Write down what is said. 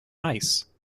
ice